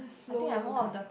flow yoga